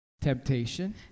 Temptation